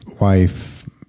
wife